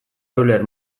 euler